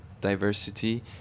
diversity